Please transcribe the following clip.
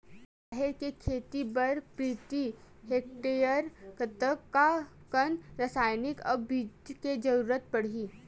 राहेर के खेती बर प्रति हेक्टेयर कतका कन रसायन अउ बीज के जरूरत पड़ही?